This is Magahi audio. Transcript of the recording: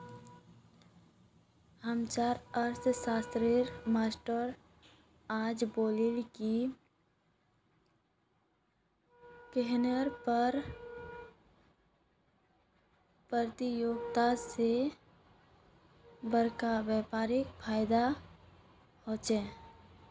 हम्चार अर्थ्शाश्त्रेर मास्टर आज बताले की कन्नेह कर परतियोगिता से बड़का व्यापारीक फायेदा होचे